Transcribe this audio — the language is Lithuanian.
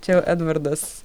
čia edvardas